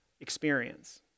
experience